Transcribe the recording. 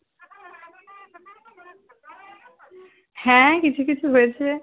হ্যাঁ কিছু কিছু হয়েছে